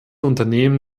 unternehmen